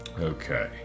Okay